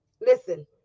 listen